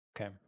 Okay